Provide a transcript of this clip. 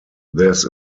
this